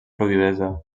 fluïdesa